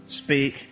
speak